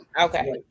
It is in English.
Okay